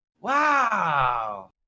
wow